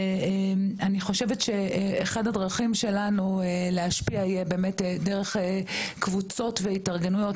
ואני חושבת שאחד הדרכים שלנו להשפיע יהיה באמת דרך קבוצות והתארגנויות,